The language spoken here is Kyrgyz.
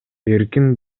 эркин